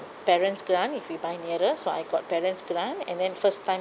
parents grant if we buy nearer so I got parents grant and then first time